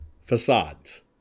facades